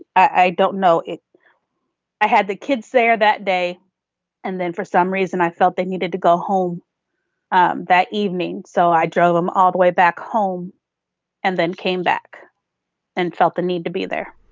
i don't know if i had the kids there that day and then for some reason i felt they needed to go home um that evening. so i drove them all the way back home and then came back and felt the need to be there